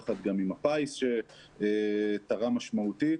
יחד עם הפיס שתרם משמעותית,